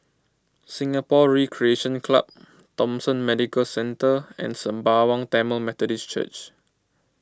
Singapore Recreation Club Thomson Medical Centre and Sembawang Tamil Methodist Church